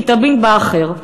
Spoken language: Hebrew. כי תמיד בא אחר.